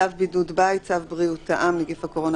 "צו בידוד בית" צו בריאות העם (נגיף הקורונה